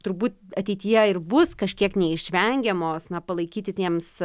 turbūt ateityje ir bus kažkiek neišvengiamos na palaikyti tiems